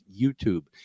YouTube